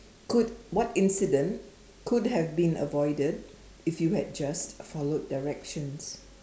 could what incident could have been avoided if you had just followed directions